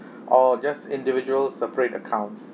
or just individual separate accounts